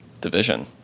division